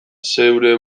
zeure